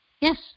Yes